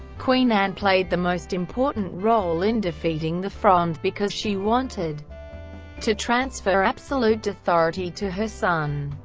queen anne played the most important role in defeating the fronde, because she wanted to transfer absolute authority to her son.